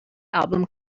album